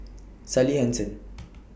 Sally Hansen